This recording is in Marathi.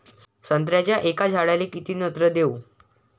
संत्र्याच्या एका झाडाले किती नत्र देऊ?